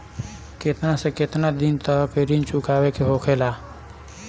केतना से केतना दिन तक ऋण चुकावे के होखेला?